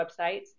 websites